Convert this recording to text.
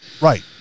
right